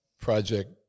project